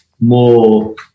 more